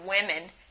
women